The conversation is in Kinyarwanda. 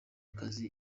akazi